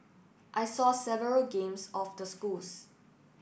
I saw several games of the schools